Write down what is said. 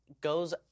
goes